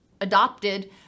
adopted